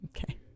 Okay